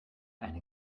eine